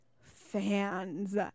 fans